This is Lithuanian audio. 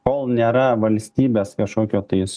kol nėra valstybės kažkokio tais